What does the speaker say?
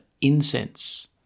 incense